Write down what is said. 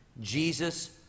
Jesus